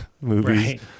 movies